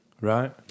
Right